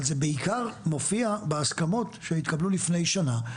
אבל זה בעיקר מופיע בהסכמות שהתקבלו לפני שנה.